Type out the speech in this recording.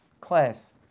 class